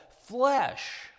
flesh